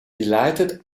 delighted